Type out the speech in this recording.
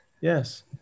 yes